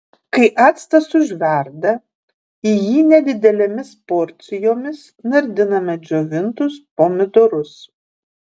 kai actas užverda į jį nedidelėmis porcijomis nardiname džiovintus pomidorus